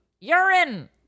Urine